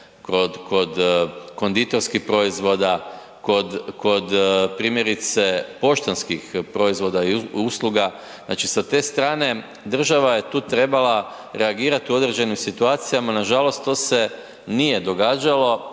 kod konditorskih proizvoda, kod, kod primjerice poštanskih proizvoda i usluga, znači sa te strane država je tu trebala reagirati u određenim situacijama, nažalost to se nije događalo